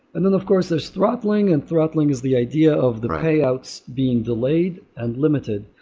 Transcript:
and then of course, there is throttling and throttling is the idea of the payouts being delayed and limited.